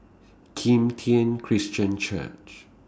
Kim Tian Christian Church